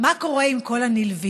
מה קורה עם כל הנלווים?